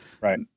Right